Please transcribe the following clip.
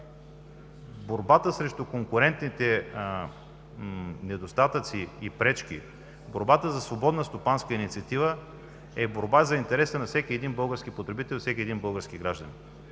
Борбата срещу конкурентните недостатъци и пречки, борбата за свободна стопанска инициатива е борба за интереса на всеки български потребител, всеки български гражданин.